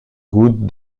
gouttes